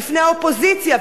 בפני האופוזיציה,